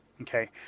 Okay